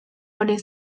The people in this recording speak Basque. honi